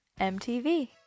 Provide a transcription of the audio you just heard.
MTV